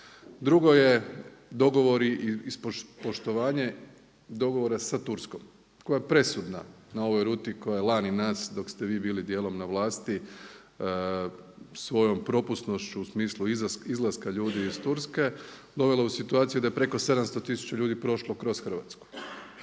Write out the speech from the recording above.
Drugo je dogovori i poštovanje dogovora sa Turskom koja je presudna na ovoj ruti koja je lani nas dok ste vi bili dijelom na vlasti svojom propusnošću u smislu izlaska ljudi iz Turske dovela u situaciju da je preko 700 tisuća ljudi prošlo kroz Hrvatsku.